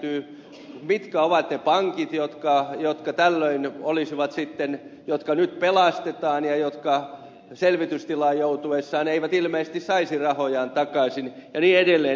mitkä ovat ne pankit jotka tällöin olisivat sitten ne jotka nyt pelastetaan ja jotka selvitystilaan joutuessaan eivät ilmeisesti saisi rahojaan takaisin ja niin edelleen